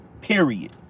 period